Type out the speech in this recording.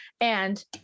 And-